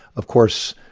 of course,